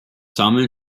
sammeln